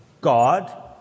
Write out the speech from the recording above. God